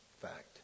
fact